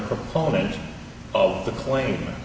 proponent of the claim